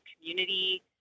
community